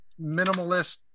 minimalist